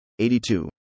82